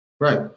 Right